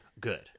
Good